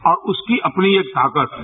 और उसकी अपनी एक ताकत है